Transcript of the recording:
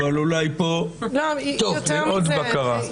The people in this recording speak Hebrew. אבל אולי זה ייתן עוד בקרה.